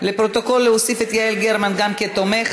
לפרוטוקול, להוסיף את יעל גרמן גם כתומכת.